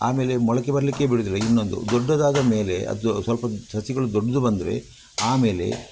ಆಮೇಲೆ ಮೊಳಕೆ ಬರಲಿಕ್ಕೆ ಬಿಡೋದಿಲ್ಲ ಇನ್ನೊಂದು ದೊಡ್ಡದಾದ ಮೇಲೆ ಅದು ಸ್ವಲ್ಪ ಸಸಿಗಳು ದುಡ್ಡು ಬಂದರೆ ಆಮೇಲೆ